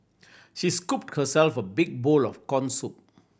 she scooped herself a big bowl of corn soup